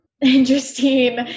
interesting